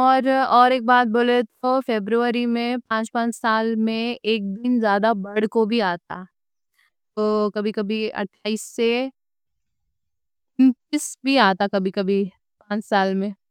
اور ایک بات بولے تو فروری میں سال میں ایک دن زیادہ بڑھ کوں بھی آتا۔ تو کبھی، کبھی سے بھی آتا، کبھی کبھی سال میں ایک دن زیادہ بڑھ کے آتا، تو اٹھائیس سے انتیس بھی آتا۔